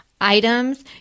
items